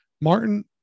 Martin